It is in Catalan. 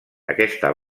aquesta